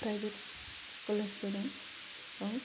private कलेजबो दं